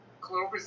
clovers